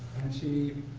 and she